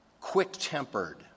quick-tempered